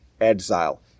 exile